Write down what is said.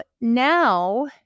now